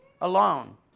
alone